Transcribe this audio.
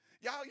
Y'all